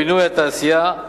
הבינוי והתעשייה,